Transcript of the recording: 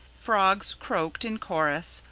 frogs croaked in chorus,